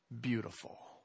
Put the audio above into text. beautiful